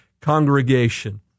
congregation